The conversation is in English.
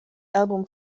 album